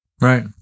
Right